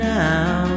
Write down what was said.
now